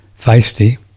feisty